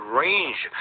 range